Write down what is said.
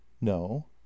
no